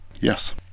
yes